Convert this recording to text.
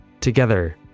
together